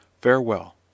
Farewell